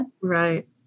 Right